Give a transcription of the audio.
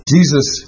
Jesus